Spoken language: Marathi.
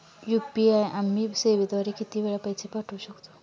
यू.पी.आय आम्ही सेवेद्वारे किती वेळा पैसे पाठवू शकतो?